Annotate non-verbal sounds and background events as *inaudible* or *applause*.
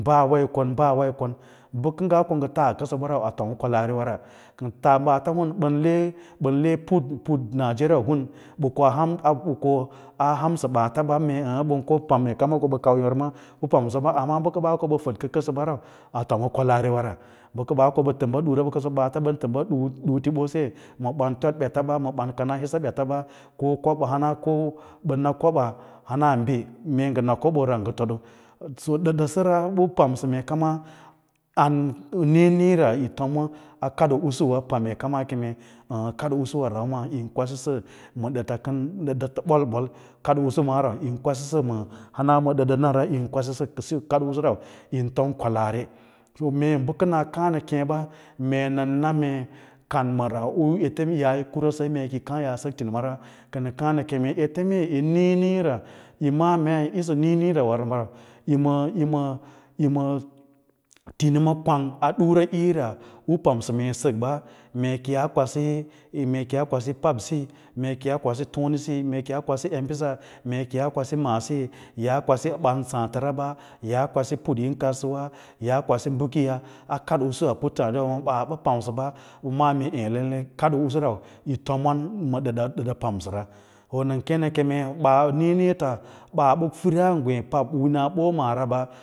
Ɓaa wa yi kon baawayi kon ba kangaa ko nga taa kansi ba rau wa tom u kwalaariwa ra *noise* ɓaata him ɓan le pnt, pnt nigeria baata ba komee pam ka ko ba kau yôrma bə pamsa ba amma bako ɓaa ko ba fadka kansoba rau a tom u kwalaariwa paka ɓaa ko ba tam ba dura maɓatawa dunti bpse ma banta tod beta ba mabari kana hisa beta ba ko kobo ko hana bəna koɓaa hanana mee ngə na kobora ə ngə todo ɗaɗa səra ɓan pamsa mee kaana *noise* niiniira yi romwa a kadoo usuwa pam mee kama keme àà kaɗoo usu wam maa yin kwasi ba ma bets kan ma ɗatə ɓoi-boi kadiusu maa rau yin kwasisə hana ma ɗadanai yin kwasisə edsiyi kadi usu tan yin tom kwalaari to mee bə ƙəna káa1 na keê ba mee nan na mee kan mara n ete kiyaa kaâ yi kime yi kura mee yaa sak tirima ra pam a keme ete mee yi niiniira yi ma’a meryisa niiniiira warau yi maa *noise* yima tinima kwar a ɗuwa’ira u pamsa mee kiya sakba mee koyaa kwasi mee kiyaa kwabi pabsisi me kiyas kwasi tonesi mee ki yaa kwasi wmaiaa embiss mee kyas kwabi maasi mee kiyaa kwasi ɓan báátəra ba yaa kwais put yim kaɗsawa yaa kwasi a kiyaa a kadoo’usu a puttaadiwa wa baa ba pamsaba mə ma’a mee eê lallai kadoo usu rau ma ɗada masara, wà nan keê na keme a niiniitabaa bə fira nwee a pabbosa wina ɓosa